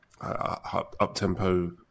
up-tempo